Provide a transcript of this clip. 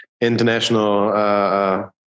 international